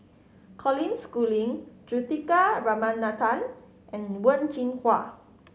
Colin Schooling Juthika Ramanathan and Wen Jinhua